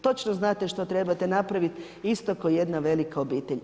Točno znate što trebate napraviti, isto ko jedna velika obitelj.